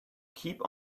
keep